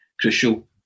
crucial